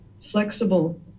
flexible